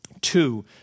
two